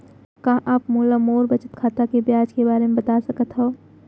का आप मोला मोर बचत खाता के ब्याज के बारे म बता सकता हव?